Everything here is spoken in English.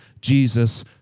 Jesus